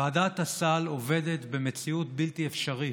ועדת הסל עובדת במציאות בלתי אפשרית.